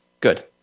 good